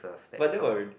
but that will